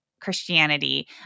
Christianity